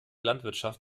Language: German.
landwirtschaft